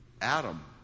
Adam